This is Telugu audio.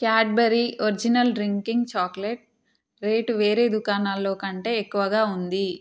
Cadbury original drinking chocolate rate వేరే దుకాణాల్లో కంటే ఎక్కువగా ఉంది